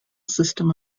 system